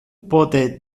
pote